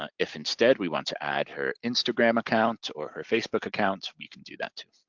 ah if instead we want to add her instagram account or her facebook account we could do that too.